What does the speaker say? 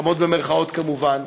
חמות במירכאות, כמובן.